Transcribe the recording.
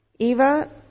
Eva